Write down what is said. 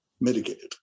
mitigated